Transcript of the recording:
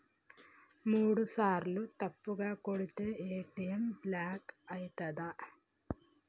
మూడుసార్ల తప్పుగా కొడితే ఏ.టి.ఎమ్ బ్లాక్ ఐతదా?